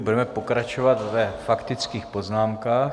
Budeme pokračovat ve faktických poznámkách.